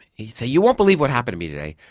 so you won't believe what happened to me today,